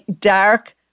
dark